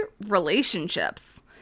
relationships